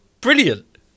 brilliant